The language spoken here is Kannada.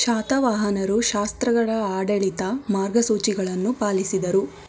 ಶಾತವಾಹನರು ಶಾಸ್ತ್ರಗಳ ಆಡಳಿತ ಮಾರ್ಗಸೂಚಿಗಳನ್ನು ಪಾಲಿಸಿದರು